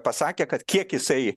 pasakė kad kiek jisai